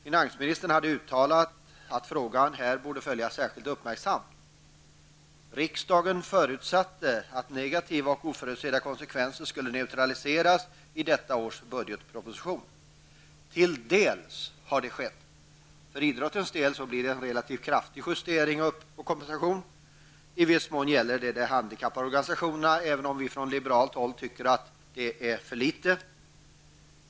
Finansministern hade uttalat att frågan här borde följas särskilt uppmärksamt. Riksdagen förutsatte att negativa och oförutsedda konsekvenser skulle neutraliseras i detta års budgetproposition. Till en del har detta skett. För idrottens del blir det en relativt kraftig justering och kompensation. I viss mån gäller det de handikappade organisationerna, även om vi från liberalt håll tycker att det är för litet.